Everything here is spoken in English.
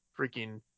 freaking